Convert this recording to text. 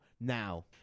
now